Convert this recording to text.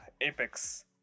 Apex